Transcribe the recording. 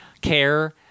care